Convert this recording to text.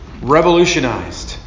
revolutionized